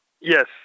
yes